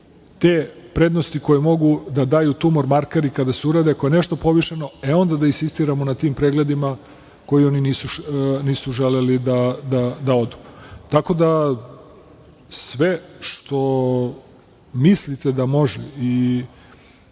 te prednosti koje mogu da daju tumor markeri kada se urade. Ako je nešto povišeno onda da insistiramo na tim pregledima na koje oni nisu želeli da odu. Sve što mislite da može i